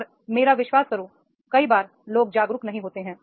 और मेरा विश्वास करो कई बार लोग जागरूक नहीं होते हैं